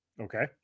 Okay